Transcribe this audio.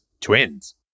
Twins